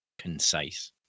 concise